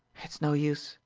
it's no use,